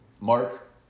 Mark